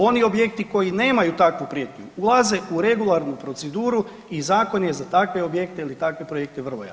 Oni objekti koji nemaju takvu prijetnju ulaze u regularnu proceduru i zakon je za takve objekte ili takve projekte vrlo jasan.